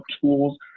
tools